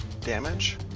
damage